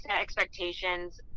expectations